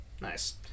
Nice